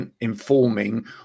informing